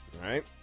right